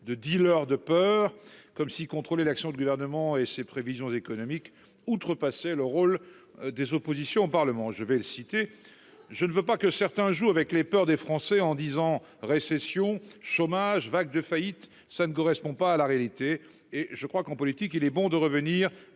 de dealers, de peur comme si contrôler l'action du gouvernement et ses prévisions économiques outrepasser le rôle des oppositions Parlement je vais le citer. Je ne veux pas que certains jouent avec les peurs des Français en disant, récession, chômage vague de faillites, ça ne correspond pas à la réalité et je crois qu'en politique, il est bon de revenir